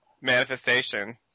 manifestation